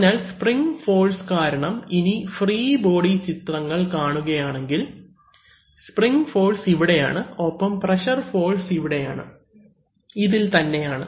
അതിനാൽ spring force കാരണം ഇനി ഫ്രീ ബോഡി ചിത്രങ്ങൾ കാണുകയാണെങ്കിൽ സ്പ്രിങ് ഫോഴ്സ് ഇവിടെയാണ് ഒപ്പം പ്രഷർ ഫോഴ്സ് ഇവിടെയാണ് ഇതിൽ തന്നെയാണ്